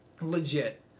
Legit